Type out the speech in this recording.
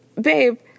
Babe